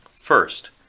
First